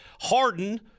Harden